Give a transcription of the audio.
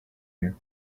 here